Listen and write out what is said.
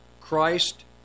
Christ